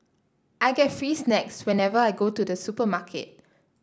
I get free snacks whenever I go to the supermarket